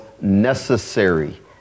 necessary